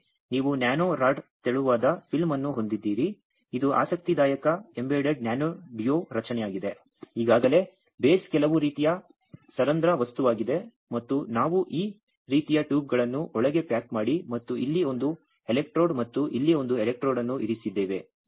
ಅಂತೆಯೇ ನೀವು nano rod ತೆಳುವಾದ ಫಿಲ್ಮ್ ಅನ್ನು ಹೊಂದಿದ್ದೀರಿ ಇದು ಆಸಕ್ತಿದಾಯಕ ಎಂಬೆಡೆಡ್ ನ್ಯಾನೊ ಡ್ಯುಯೊ ರಚನೆಯಾಗಿದೆ ಈಗಾಗಲೇ ಬೇಸ್ ಕೆಲವು ರೀತಿಯ ಸರಂಧ್ರ ವಸ್ತುವಾಗಿದೆ ಮತ್ತು ನಾವು ಈ ರೀತಿಯ ಟ್ಯೂಬ್ಗಳನ್ನು ಒಳಗೆ ಪ್ಯಾಕ್ ಮಾಡಿ ಮತ್ತು ಇಲ್ಲಿ ಒಂದು ಎಲೆಕ್ಟ್ರೋಡ್ ಮತ್ತು ಇಲ್ಲಿ ಒಂದು ಎಲೆಕ್ಟ್ರೋಡ್ ಅನ್ನು ಇರಿಸಿದ್ದೇವೆ